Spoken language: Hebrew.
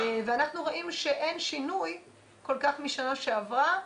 ואנחנו רואים שאין שינוי כל כך משנה שעברה.